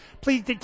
please